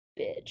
Bitch